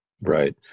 Right